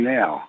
now